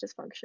dysfunction